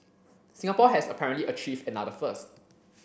Singapore has apparently achieved another first